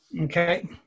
Okay